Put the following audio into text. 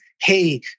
hey